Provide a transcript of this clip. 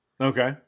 okay